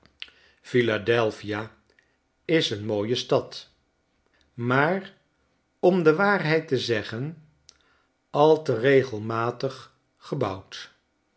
philadelphia is een mooie stad maar om de waarheid te zeggen alteregelmatiggebouwd